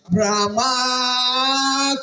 Brahma